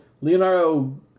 Leonardo